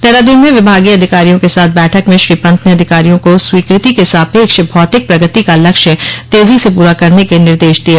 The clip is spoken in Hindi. देहरादून में विभागीय अधिकारियों के साथ बैठक में श्री पन्त ने अधिकारियों को स्वीकृति के सापेक्ष भौतिक प्रगति का लक्ष्य तेजी से पूरा करने के निर्देश दिये